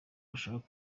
bashaka